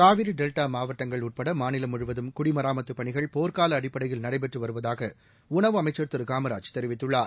Kaveri delta மாவட்டங்கள் உட்பட மாநிலம் முழுவதும் குடிமராமத்துப் பணிகள் போ்க்கால அடிப்படையில் நடைபெற்று வருவதாக உணவு அமைச்சள் திரு காமராஜ் தெரிவித்துள்ளார்